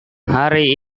hari